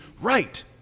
Right